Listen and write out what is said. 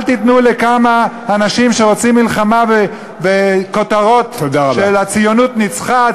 אל תיתנו לכמה אנשים שרוצים מלחמה וכותרות שהציונות ניצחה,